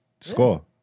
score